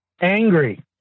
Angry